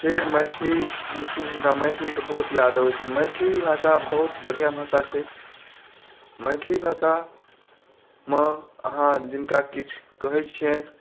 फेर मैथिली लेकिन हुनका मैथिली के बहुत याद अबै छनि मैथिली भाषा बहुत बढ़िऑं भाषा छै मैथिली भाषा मे अहाँ जिनका किछु कहै छियनि